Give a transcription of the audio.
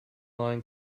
line